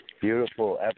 Beautiful